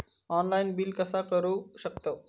Online bill कसा करु शकतव?